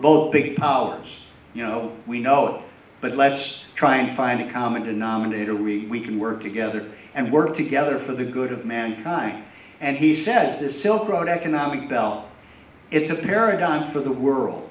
both big powers you know we know but let's try and find a common denominator we can work together and work together for the good of mankind and he said this silk road economic bell it's a paradigm for the world